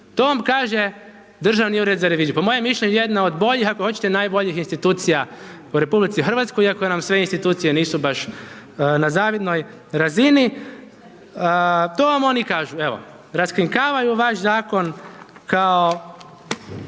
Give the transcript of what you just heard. To vam kaže Državni ured za reviziju, po mojem mišljenju jedna od boljih, ako hoćete najboljih institucija u RH iako nam sve institucije nisu baš na zavidnoj razini, to vam oni kažu. Evo, raskrinkavaju vaš zakon kao